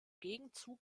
gegenzug